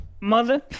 mother